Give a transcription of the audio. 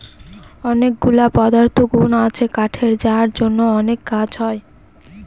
অনেকগুলা পদার্থগুন আছে কাঠের যার জন্য অনেক কাজ হয়